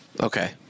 Okay